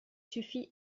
suffi